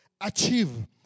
achieve